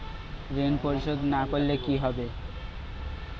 ঋণ পরিশোধ না করলে কি হবে?